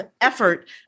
effort